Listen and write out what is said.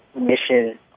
mission